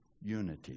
Unity